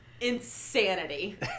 insanity